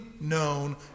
known